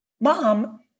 mom